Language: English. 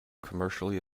commercially